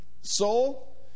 Soul